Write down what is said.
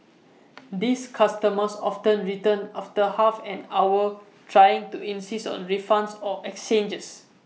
these customers often return after half an hour trying to insist on refunds or exchanges